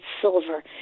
silver